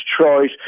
choice